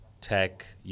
tech